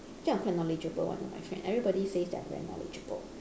actually I'm quite knowledgeable one of my friend everybody says that I'm very knowledgeable